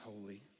holy